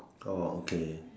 oh okay